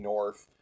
North